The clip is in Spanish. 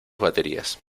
baterías